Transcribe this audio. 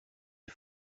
est